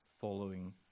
following